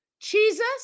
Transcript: Jesus